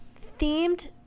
themed